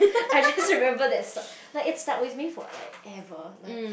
I just remember that story~ like it stuck with me for like ever like